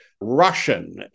Russian